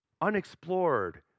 Unexplored